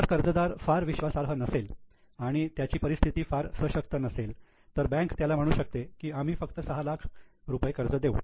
जर कर्जदार फार विश्वासार्ह नसेल आणि त्याची परिस्थिती फार सशक्त नसेल तर बँक त्याला म्हणू शकते आम्ही फक्त 6 लाख कर्ज देऊ